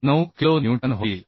9 kilo newton होईल